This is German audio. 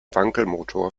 wankelmotor